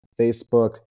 Facebook